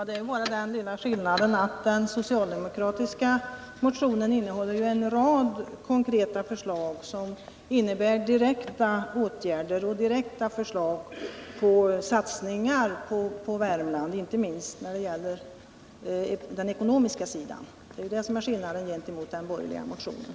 Herr talman! Den socialdemokratiska motionen innehåller en rad konkreta förslag inte minst när det gäller den ekonomiska sidan som innebär direkta åtgärder och direkta förslag till satsningar i Värmland. Det är det som är skillnaden gentemot den borgerliga motionen.